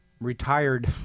retired